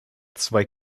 zwei